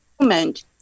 moment